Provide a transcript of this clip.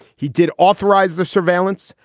he did authorize the surveillance.